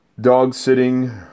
Dog-sitting